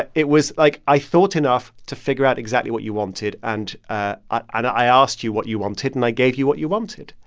it it was like, i thought enough to figure out exactly what you wanted. and ah i and i asked you what you wanted, and i gave you what you wanted.